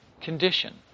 condition